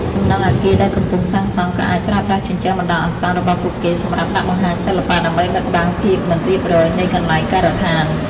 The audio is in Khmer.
សំណង់អគារដែលកំពុងសាងសង់ ក៏អាចប្រើប្រាស់ជញ្ជាំងបណ្ដោះអាសន្នរបស់ពួកគេសម្រាប់ដាក់បង្ហាញសិល្បៈ ដើម្បីបិទបាំងភាពមិនរៀបរយនៃកន្លែងការដ្ឋាន។